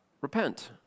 repent